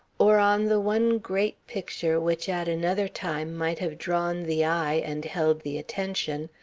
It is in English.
or on the one great picture which at another time might have drawn the eye and held the attention,